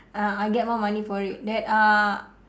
uh I get more money for it that uh